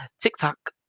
TikTok